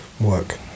work